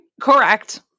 Correct